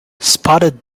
spotted